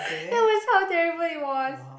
that was how terrible it was